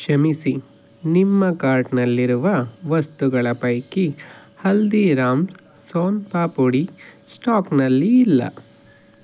ಕ್ಷಮಿಸಿ ನಿಮ್ಮ ಕಾರ್ಟ್ನಲ್ಲಿರುವ ವಸ್ತುಗಳ ಪೈಕಿ ಹಲ್ದಿರಾಮ್ಸ್ ಸೋನ್ ಪಾಪಡಿ ಸ್ಟಾಕ್ನಲ್ಲಿ ಇಲ್ಲ